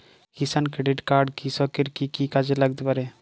কিষান credit card কৃষকের কি কি কাজে লাগতে পারে?